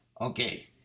Okay